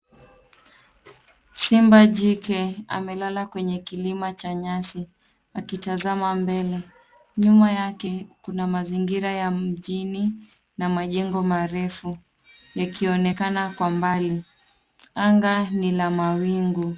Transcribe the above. Simba jike amesimama kwenye kilima cha nyasi akitazama mbele. Nyuma yake, kuna mazingira ya mjini na majengo marefu yakionekana Kwa mbali. Anga ni la mawingu.